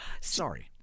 Sorry